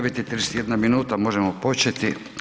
93 i 31 minuta, možemo početi.